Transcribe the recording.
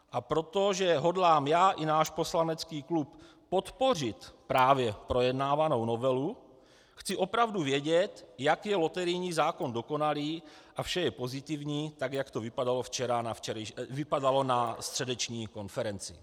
A protože hodlám já i náš poslanecký klub podpořit právě projednávanou novelu, chci opravdu vědět, jak je loterijní zákon dokonalý a vše je pozitivní, tak, jak to vypadalo na středeční konferenci.